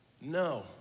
No